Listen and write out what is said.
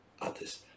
others